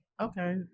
Okay